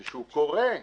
וכשהוא קורה,